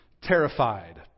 terrified